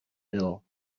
ill